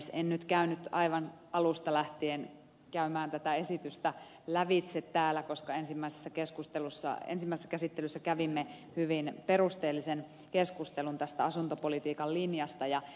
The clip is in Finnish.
en nyt käynyt aivan alusta lähtien tätä esitystä lävitse täällä koska ensimmäisessä käsittelyssä kävimme hyvin perusteellisen keskustelun tästä asuntopolitiikan linjasta